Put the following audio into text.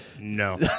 No